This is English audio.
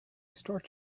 start